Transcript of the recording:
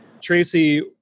Tracy